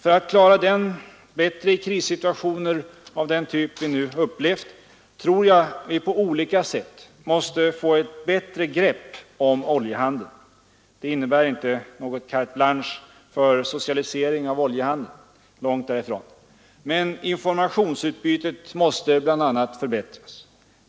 För att klara den bättre i krissituationer av den typ vi nu upplevt tror jag att vi på olika sätt måste få ett bättre grepp om oljehandeln. Det innebär inte något carte blanche för socialisering av oljehandeln. Långt därifrån. Men informationsutbytet måste bl.a. förbättras.